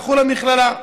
הלכו למכללה.